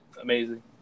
amazing